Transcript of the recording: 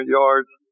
yards